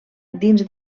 dins